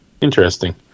Interesting